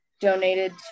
donated